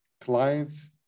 clients